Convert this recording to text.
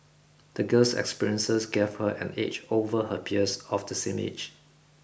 the girl's experiences gave her an edge over her peers of the same age